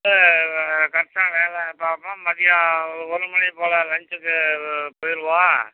கரெக்டாக வேலை பார்ப்போம் மதியம் ஒரு மணி போல் லஞ்ச்சுக்கு போயிடுவோம்